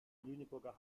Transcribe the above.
lüneburger